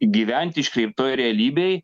gyvent iškreiptoj realybėj